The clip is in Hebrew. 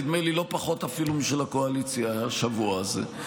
נדמה לי שאפילו לא פחות משל הקואליציה בשבוע הזה.